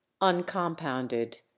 uncompounded